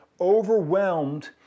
overwhelmed